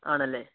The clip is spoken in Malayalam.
ആണല്ലെ